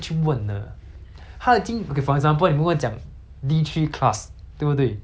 D three class 对不对 D three class 对不对你拍下那个 video liao